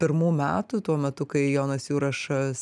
pirmų metų tuo metu kai jonas jurašas